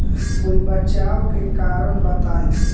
कोई बचाव के कारण बताई?